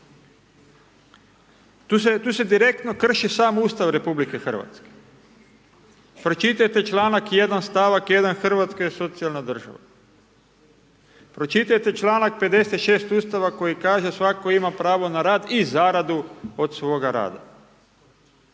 Tu se direktno krši sam Ustav RH, pročitajte članak 1. stavak 1. Hrvatska je socijalna država. Pročitajte članak 56. Ustava koji kaže svatko ima pravo na rad i zaradu od svoga rada.